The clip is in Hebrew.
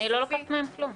אני לא לוקחת מהם כלום.